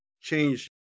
change